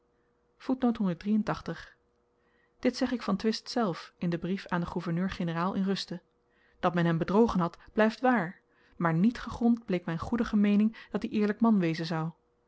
dit zeg ik van twist zelf in den brief aan den gouverneurgeneraal in ruste dat men hem bedrogen had blyft waar maar niet gegrond bleek m'n goedige meening dat-i eerlyk man wezen zou